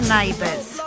Neighbours